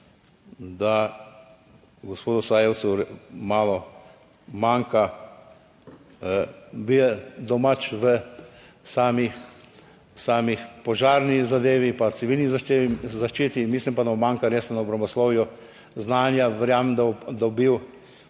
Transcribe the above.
da gospodu Sajovcu malo manjka. Bil je domač v sami požarni zadevi pa civilni zaščiti, mislim pa, da mu manjka res na obramboslovju znanja, verjamem, da bo dobil